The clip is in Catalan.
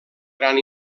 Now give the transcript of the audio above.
gran